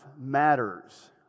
matters